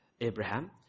Abraham